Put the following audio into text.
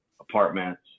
apartments